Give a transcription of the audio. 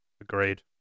Agreed